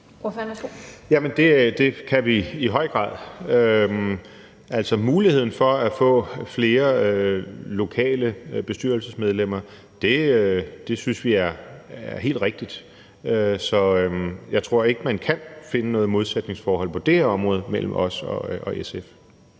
Det kan vi i høj grad. Altså, at få muligheden for at få flere lokale bestyrelsesmedlemmer synes vi er helt rigtigt. Så jeg tror ikke, at man kan finde noget modsætningsforhold på dét område mellem os og SF.